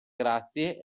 grazie